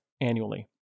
annually